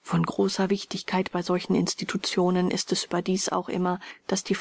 von großer wichtigkeit bei solchen institutionen ist es überdies auch immer daß die